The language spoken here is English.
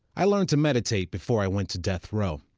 i learned to meditate before i went to death row.